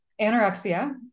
Anorexia